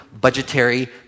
budgetary